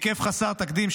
היקף חסר תקדים,